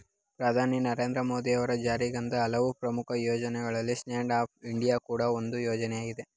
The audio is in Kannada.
ಪ್ರಧಾನಿ ನರೇಂದ್ರ ಮೋದಿ ಅವರು ಜಾರಿಗೆತಂದ ಹಲವು ಪ್ರಮುಖ ಯೋಜ್ನಗಳಲ್ಲಿ ಸ್ಟ್ಯಾಂಡ್ ಅಪ್ ಇಂಡಿಯಾ ಕೂಡ ಒಂದು ಯೋಜ್ನಯಾಗಿದೆ